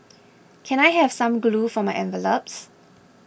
can I have some glue for my envelopes